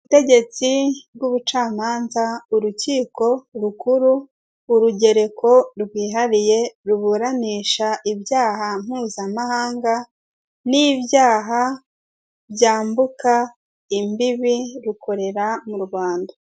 Ubutegetsi bw'ubucamanza, urukiko rukuru, urugereko rwihariye ruburanisha ibyaha mpuzamahanga n'ibyaha byambuka imbibi rukorera mu Rwanda.